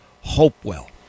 Hopewell